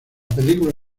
película